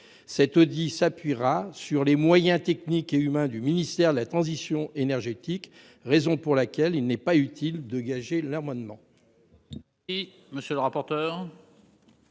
Cet audit s'appuiera sur les moyens techniques et humains du ministère de la transition énergétique, raison pour laquelle il n'est pas utile de gager l'amendement. Quel est l'avis de